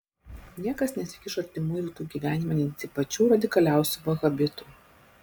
niekas nesikišo į artimųjų rytų gyvenimą net į pačių radikaliausių vahabitų